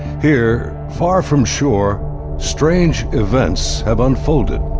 here, far from shore strange events have unfolded.